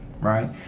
Right